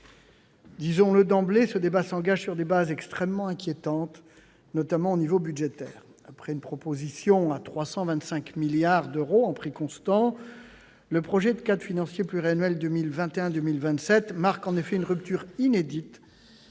Disons-le d'emblée, ce débat s'engage sur des bases extrêmement inquiétantes, notamment au niveau budgétaire. Avec une proposition de 325 milliards d'euros en prix constants, le projet de cadre financier pluriannuel 2021-2027 marque en effet une rupture inédite